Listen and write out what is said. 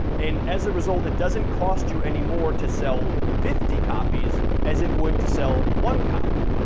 and as a result, it doesn't cost you any more to sell fifty copies as it would to sell one copy.